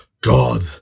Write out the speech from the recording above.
God